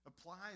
applies